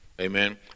Amen